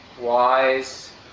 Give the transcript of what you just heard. wise